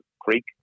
creek